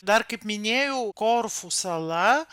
dar kaip minėjau korfų sala